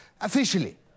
Officially